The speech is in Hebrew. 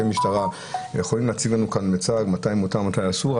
משטרה יכולים להציג לנו כאן מיצג מתי מותר ומתי אסור,